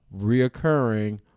reoccurring